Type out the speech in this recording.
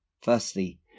Firstly